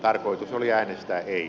tarkoitus oli äänestää ei